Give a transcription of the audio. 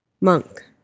monk